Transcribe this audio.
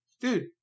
Dude